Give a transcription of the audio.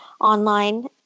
online